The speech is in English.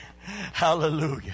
Hallelujah